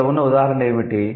ఇక్కడ ఉన్న ఉదాహరణ ఏమిటి